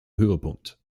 höhepunkt